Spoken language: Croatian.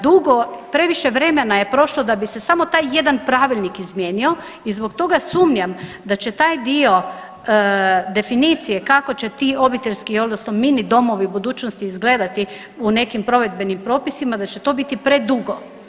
Dugo, previše vremena je prošlo da bi se samo taj jedan pravilnik izmijenio i zbog toga sumnjam da će taj dio definicije kako će ti obiteljski odnosno mini domovi budućnosti izgledati u nekim provedbenim propisima da će to biti predugo.